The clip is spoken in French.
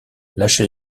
lâcha